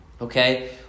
Okay